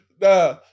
Nah